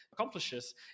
accomplishes